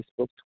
Facebook